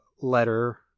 letter